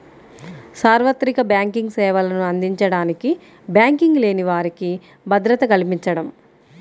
సార్వత్రిక బ్యాంకింగ్ సేవలను అందించడానికి బ్యాంకింగ్ లేని వారికి భద్రత కల్పించడం